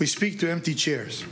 we speak to empty chairs